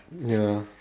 ya